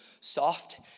soft